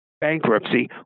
bankruptcy